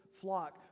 flock